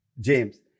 James